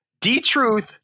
D-Truth